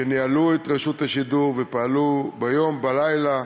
שניהלו את רשות השידור ופעלו ביום, בלילה,